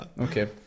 okay